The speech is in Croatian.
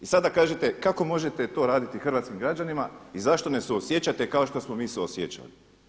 I sada kažete kako možete to raditi hrvatskim građanima i zašto ne suosjećate kao što smo mi suosjećali.